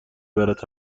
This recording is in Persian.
برد